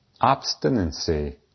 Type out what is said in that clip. obstinacy